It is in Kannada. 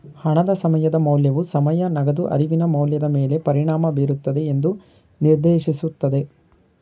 ಹಣದ ಸಮಯದ ಮೌಲ್ಯವು ಸಮಯ ನಗದು ಅರಿವಿನ ಮೌಲ್ಯದ ಮೇಲೆ ಪರಿಣಾಮ ಬೀರುತ್ತದೆ ಎಂದು ನಿರ್ದೇಶಿಸುತ್ತದೆ